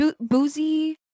Boozy